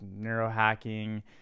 neurohacking